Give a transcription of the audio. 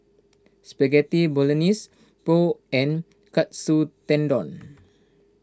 Spaghetti Bolognese Pho and Katsu Tendon